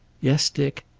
yes, dick.